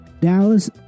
Dallas